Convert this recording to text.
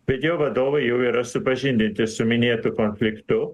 bet jo vadovai jau yra supažindinti su minėtu konfliktu